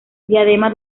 diadema